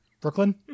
Brooklyn